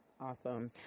Awesome